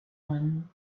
when